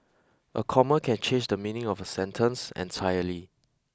a comma can change the meaning of a sentence entirely